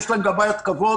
יש להן גם בעיית כבוד,